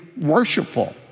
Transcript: worshipful